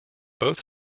both